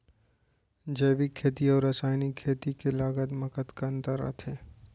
जैविक खेती अऊ रसायनिक खेती के लागत मा कतना अंतर आथे?